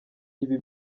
ibi